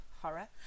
horror